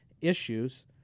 issues